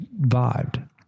vibed